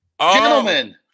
Gentlemen